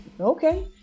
Okay